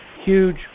huge